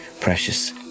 precious